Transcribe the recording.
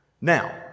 Now